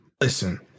listen